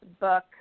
book